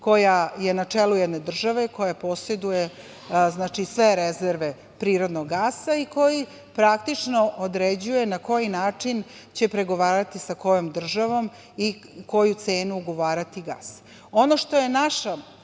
koja je na čelu jedne države koja poseduje sve rezerve prirodnog gasa i koji praktično određuje na koji način će pregovarati sa kojom i državom i u koju cenu ugovarati gasa. Ono